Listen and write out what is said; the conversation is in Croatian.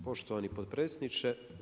Poštovani potpredsjedniče.